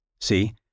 See